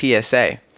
TSA